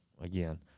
again